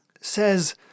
says